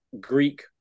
Greek